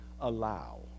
allow